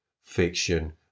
fiction